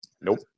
Nope